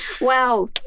Wow